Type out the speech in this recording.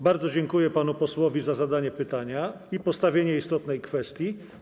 Bardzo dziękuję panu posłowi za zadanie pytania i poruszenie istotnej kwestii.